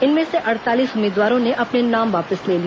इनमें से अड़तालीस उम्मीदवारों ने अपने नाम वापस ले लिए